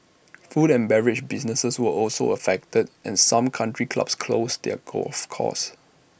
food and beverage businesses were also affected and some country clubs closed their golf courses